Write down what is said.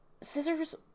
scissors